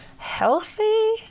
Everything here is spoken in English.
healthy